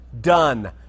Done